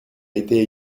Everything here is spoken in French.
été